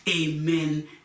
Amen